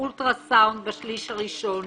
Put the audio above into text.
אולטרסאונד בשליש הראשון,